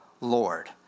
Lord